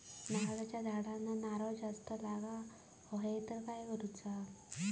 नारळाच्या झाडांना नारळ जास्त लागा व्हाये तर काय करूचा?